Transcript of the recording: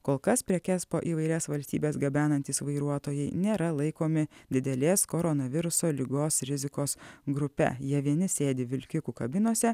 kol kas prekes po įvairias valstybes gabenantys vairuotojai nėra laikomi didelės koronaviruso ligos rizikos grupe jie vieni sėdi vilkikų kabinose